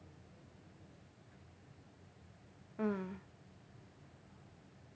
mm